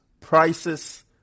prices